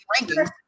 rankings